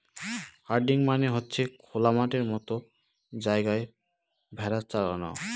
herding মানে হচ্ছে খোলা মাঠের মতো জায়গায় ভেড়া চরানো